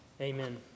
Amen